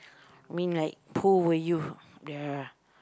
mean like who were you the